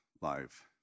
life